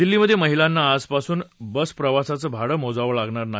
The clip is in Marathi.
दिल्लीमध्ये महिलांना आजपासून बसप्रवासाचं भाडं मोजावं लागणार नाही